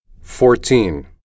fourteen